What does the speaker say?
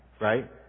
right